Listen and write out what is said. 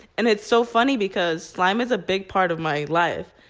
and it's so funny because slime is a big part of my life.